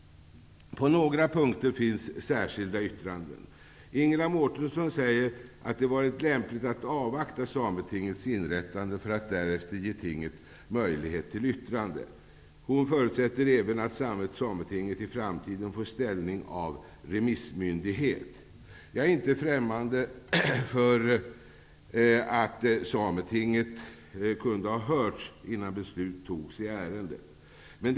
På några punkter finns det särskilda yttranden. Ingela Mårtensson säger att det varit lämpligt att avvakta Sametingets inrättande för att därefter ge tinget möjlighet till yttrande. Hon förutsätter även att Sametinget i framtiden får ställning av remissmyndighet. Jag är inte främmande för att Sametinget kunde ha hörts innan beslut i ärendet fattades.